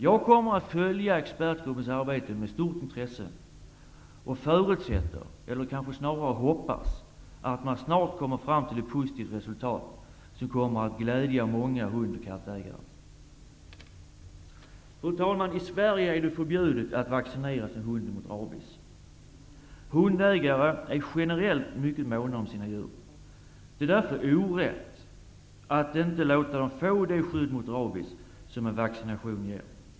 Jag kommer att följa expertgruppens arbete med stort intresse och förutsätter, eller snarare hoppas, att man snart kommer fram till ett positivt resultat som kommer att glädja många hund och kattägare. Fru talman! I Sverige är det förbjudet att vaccinera sin hund mot rabies. Hundägare är generellt mycket måna om sina djur. Det är därför orätt att inte låta hundarna få det skydd mot rabies som en vaccination ger.